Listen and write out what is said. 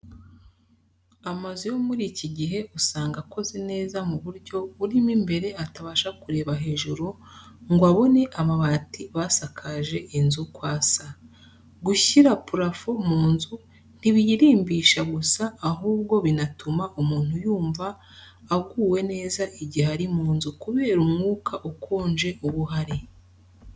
Amazu yo muri iki gihe usanga akoze neza ku buryo urimo imbere atabasha kureba hejuru ngo abone amabati basakaje inzu uko asa. Gushyira purafo mu nzu ntibiyirimbisha gusa, ahubwo binatuma umuntu yumva aguwe neza igihe ari mu nzu kubera umwuka ukonje uba uhari.